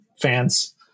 fans